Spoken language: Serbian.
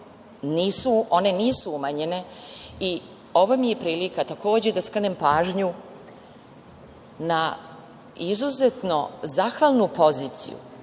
One nisu umanjene i ovo mi je prilika da takođe skrenem pažnju na izuzetno zahvalnu poziciju